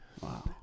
Wow